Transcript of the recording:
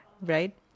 Right